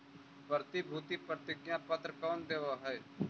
प्रतिभूति प्रतिज्ञा पत्र कौन देवअ हई